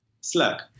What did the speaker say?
Slack